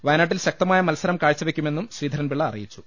വയനാട്ടിൽ ശക്തമായ മത്സരം കാഴ്ചവെക്കു മെന്നും ശ്രീധരൻപിള്ള അറിയിച്ചു